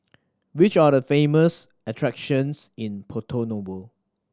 which are the famous attractions in Porto Novo